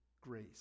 grace